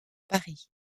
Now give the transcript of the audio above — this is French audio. paris